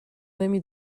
نمی